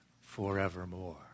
forevermore